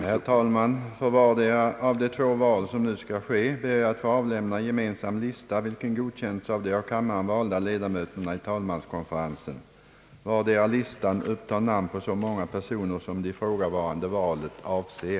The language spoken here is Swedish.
Herr talman! För vardera av de två val som nu skall ske ber jag att få avlämna gemensam lista, vilken har godkänts av de av kammaren valda ledamöterna i talmanskonferensen. Vardera listan upptar namn på så många personer som det ifrågavarande valet avser.